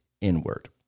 inward